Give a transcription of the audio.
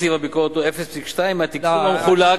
תקציב הביקורת הוא 0.2%. התקציב המחולק,